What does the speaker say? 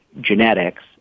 genetics